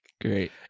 Great